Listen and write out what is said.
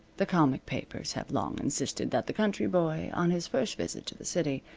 the comic papers have long insisted that the country boy, on his first visit to the city,